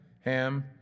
Ham